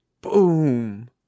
boom